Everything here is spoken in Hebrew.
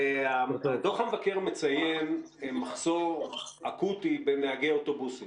דוח המבקר מציין מחסור אקוטי בנהגי אוטובוסים.